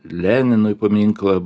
leninui paminklą